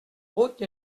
route